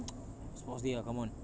sports day ah come on